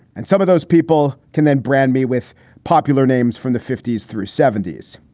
and some of those people can then brand me with popular names from the fifty s through seventy s.